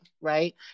right